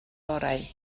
orau